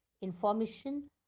information